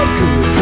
good